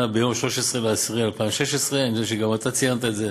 ביום 13 באוקטובר 2016. אני יודע שגם אתה ציינת את זה,